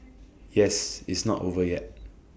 yes it's not over yet